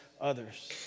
others